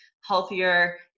healthier